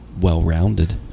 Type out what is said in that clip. well-rounded